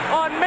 on